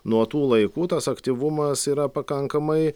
nuo tų laikų tas aktyvumas yra pakankamai